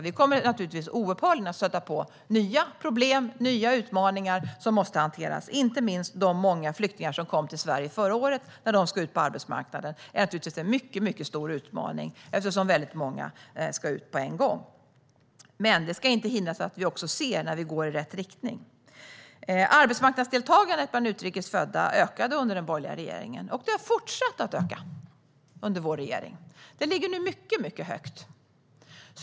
Vi kommer naturligtvis oupphörligen att stöta på nya problem och utmaningar som måste hanteras, inte minst när de många flyktingar som kom till Sverige förra året ska ut på arbetsmarknaden. Det är en mycket stor utmaning eftersom många ska ut på en gång. Men det ska inte hindra oss från att se när vi går i rätt riktning. Arbetsmarknadsdeltagandet bland utrikes födda ökade under den borgerliga regeringen, och det har fortsatt att öka under vår regering. Det ligger nu mycket högt.